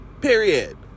Period